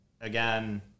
again